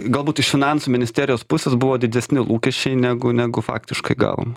galbūt iš finansų ministerijos pusės buvo didesni lūkesčiai negu negu faktiškai gavom